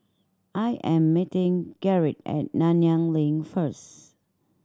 I am meeting Gerrit at Nanyang Link first